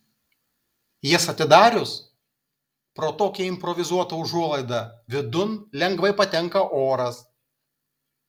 jas atidarius pro tokią improvizuotą užuolaidą vidun lengvai patenka oras